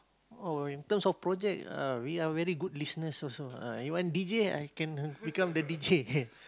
oh in terms of project ah we are very good listerners also ah you want d_j I can become the d_j